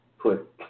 put